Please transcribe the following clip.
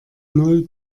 null